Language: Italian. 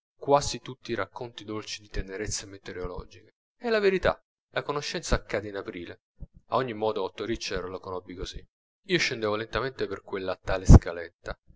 quasi tutti i racconti dolci di tenerezze meteorologiche è la verità la conoscenza accadde in aprile a ogni modo otto richter lo conobbi così io scendevo lentamente per quella tale scaletta